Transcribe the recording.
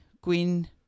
Queen